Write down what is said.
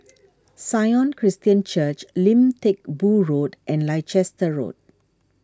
Sion Christian Church Lim Teck Boo Road and Leicester Road